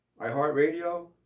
iHeartRadio